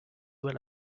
well